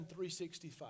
365